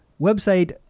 Website